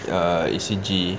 uh E_C_G